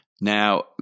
Now